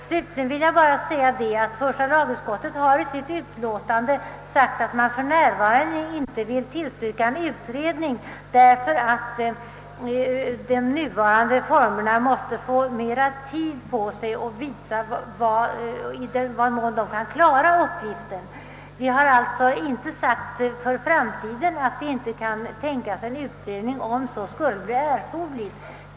Slutligen vill jag säga att första lagutskottet i sitt utlåtande har sagt att det för närvarande inte vill tillstyrka en utredning, därför att man måste ha mer tid på sig för att bedöma om man kan klara uppgiften med de nuvarande möjligheterna. Vi har alltså inte sagt att vi inte kan tänka oss en utredning i framtiden, om så skulle bli erforderligt.